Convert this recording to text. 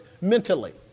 mentally